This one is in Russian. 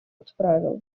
отправил